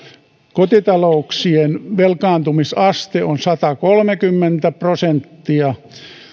kotitalouksien velkaantumisaste on satakolmekymmentä prosenttia